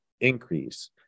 increase